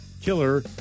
killer